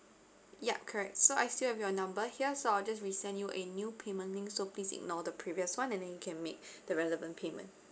ya correct so I still have your number here so I'll just resend you a new payment link so please ignore the previous one and then you can make the relevant payment